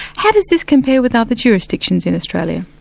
how does this compare with other jurisdictions in australia?